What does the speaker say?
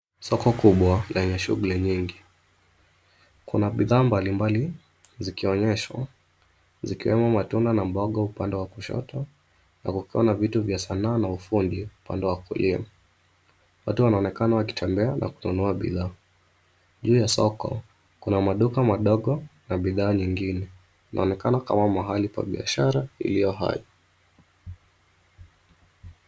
Soko kubwa lenye shughuli nyingi. Kuna bidhaa mbalimbali zikionyeshwa, zikiwemo matunda na mboga upande wa kushoto, na kukiwa na vitu vya sanaa na ufundi, upande wa kulia. Watu wanaonekana wakitembea na kununua bidhaa. Juu ya soko, kuna maduka madogo, na bidhaa nyingine. Inaonekana kama mahali pa biashara, iliyo hai.